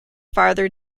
farther